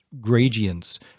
gradients